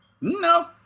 No